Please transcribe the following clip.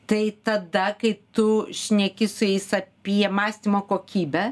tai tada kai tu šneki su jais apie mąstymo kokybę